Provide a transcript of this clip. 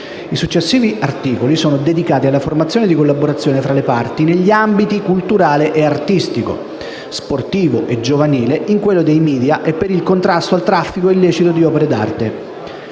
I successivi articoli sono dedicati alle forme di collaborazione fra le parti negli ambiti culturale e artistico, sportivo e giovanile, in quello dei *media* e per il contrasto al traffico illecito di opere d'arte.